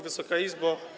Wysoka Izbo!